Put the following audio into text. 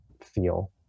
feel